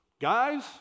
Guys